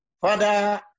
Father